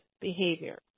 behavior